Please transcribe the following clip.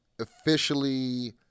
officially